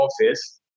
office